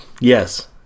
Yes